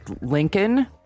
Lincoln